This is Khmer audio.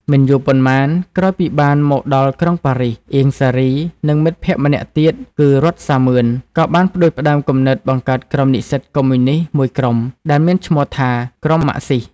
មិនយូរប៉ុន្មាន ក្រោយពីបានមកដល់ក្រុងប៉ារីស អៀង សារី និងមិត្តភ័ក្តិម្នាក់ទៀត គឺ រ័ត្ន សាមឿន ក៏បានផ្តួចផ្តើមគំនិតបង្កើតក្រុមនិស្សិតកុម្មុយនិស្តមួយក្រុម ដែលមានឈ្មោះថា “ក្រុមម៉ាក់ស៊ីស”។